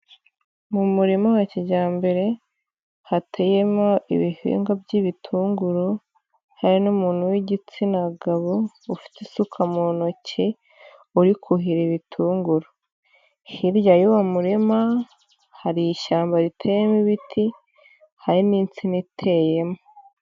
Mu murima wa kijyambere, hateyemo ibihingwa by'ibitunguru, hari n'umuntu w'igitsina gabo ufite isuka mu ntoki, uri kuhira ibitunguru. Hirya y'uwo murima, hari ishyamba riteyemo ibiti, hari n'insina iteyemo.